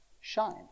shine